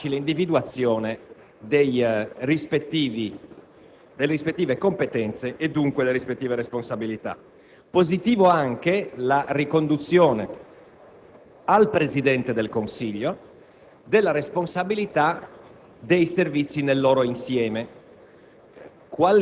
più facile individuazione delle rispettive competenze e dunque delle rispettive responsabilità. Positiva anche la riconduzione al Presidente del Consiglio della responsabilità dei Servizi nel loro insieme.